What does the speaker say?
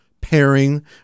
pairing